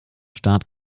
staat